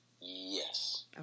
yes